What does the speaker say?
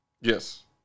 yes